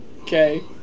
Okay